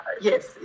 yes